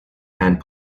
and